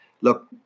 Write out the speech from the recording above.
look